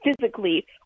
physically